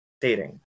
Dating